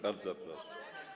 Bardzo proszę.